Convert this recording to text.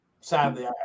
sadly